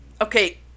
Okay